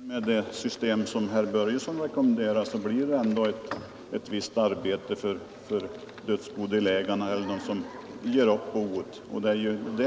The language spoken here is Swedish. Herr talman! Även med det system som herr Börjesson i Falköping rekommenderar blir det ett visst arbete för dödsbodelägarna eller för dem